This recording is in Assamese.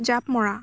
জাঁপ মৰা